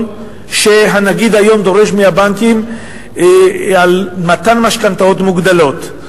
שהנגיד היום דורש מהבנקים על מתן משכנתאות מוגדלות.